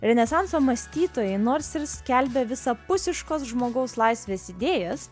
renesanso mąstytojai nors ir skelbia visapusiškos žmogaus laisvės idėjas